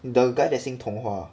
the guy that sing 童话